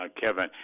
Kevin